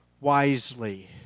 wisely